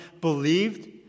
believed